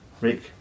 Rick